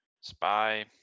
SPY